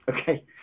Okay